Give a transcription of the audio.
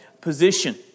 position